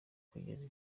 kugeza